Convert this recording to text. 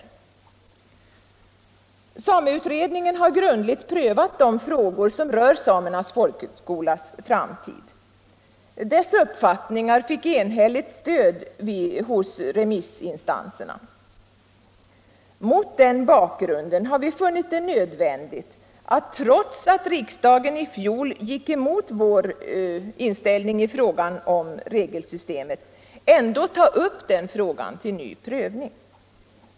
19 mars 1975 Sameutredningen har grundligt prövat de frågor som rör Samernas folk= I högskolas framtid. Dess uppfattningar fick enhälligt stöd hos remiss = Anslag till vuxenutinstanserna. Mot den bakgrunden har vi funnit det nödvändigt att, trots — bildning att riksdagen i fjol gick emot vår inställning i fråga om regelsystemet, ändå ta upp det till ny prövning.